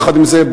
יחד עם זה,